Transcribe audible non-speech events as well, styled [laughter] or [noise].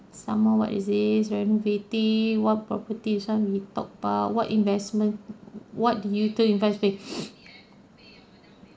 some more what is this M_P_T what properties this one we top up what investment what you do invest with [noise]